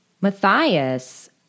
Matthias